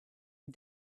and